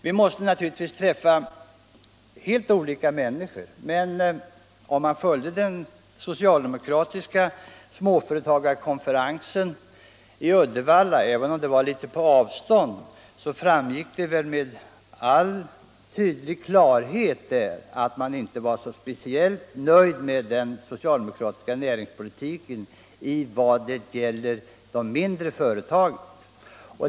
Vi måste naturligtvis träffa helt olika människor, men för den som följde den socialdemokratiska småföretagarkonferensen i Uddevalla — om också på litet avstånd — framgick det väl med all önskvärd tydlighet att man inte vara så speciellt nöjd med den socialdemokratiska näringspolitiken i vad det gäller de mindre företagen.